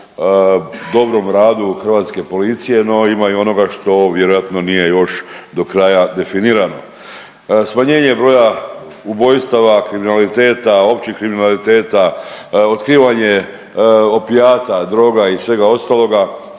dobrom radu hrvatske policije, no ima i onoga što vjerojatno nije još do kraja definirano. Smanjenje broja ubojstava, kriminaliteta, općeg kriminaliteta, otkrivanje opijata, droga i svega ostaloga